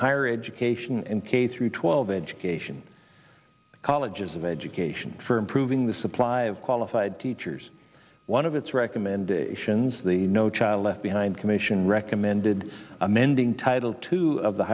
higher education and k through twelve education colleges of education for improving the supply of qualified teachers one of its recommendations the no child left behind commission recommended amending title two of the